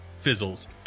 fizzles